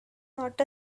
not